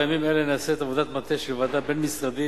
בימים אלה נעשית עבודת מטה של ועדה בין-משרדית